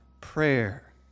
prayer